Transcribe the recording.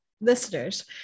listeners